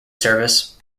service